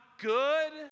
good